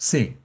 Sim